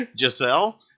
Giselle